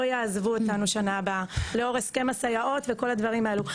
יעזבו אותנו שנה הבאה לאור הסכם הסייעות וכל הדברים האלו,